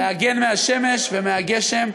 להגן מהשמש ומהגשם,